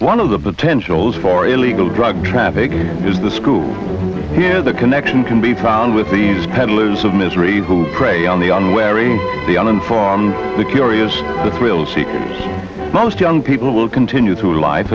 one of the potentials for illegal drug trafficking is the school here the connection can be found with these peddlers of misery who prey on the unwary the uninformed the curious the thrill seekers most young people will continue to li